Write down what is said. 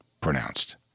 pronounced